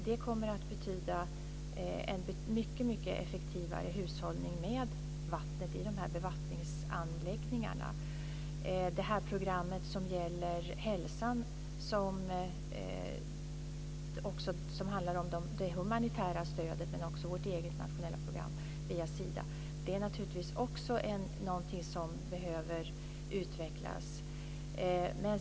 Det kommer att betyda en mycket bättre hushållning med vattnet i de här bevattningsanläggningarna. Även det program som gäller hälsan, det som handlar om det humanitära stödet och vårt eget nationella program via Sida är naturligtvis sådant som behöver utvecklas.